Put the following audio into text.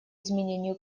изменению